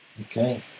Okay